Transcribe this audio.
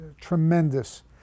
tremendous